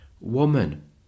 woman